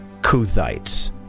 Kuthites